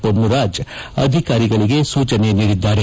ಪೊನ್ನುರಾಜ್ ಅಧಿಕಾರಿಗಳಿಗೆ ಸೂಚನೆ ನೀಡಿದ್ದಾರೆ